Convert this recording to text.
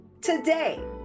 Today